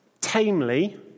tamely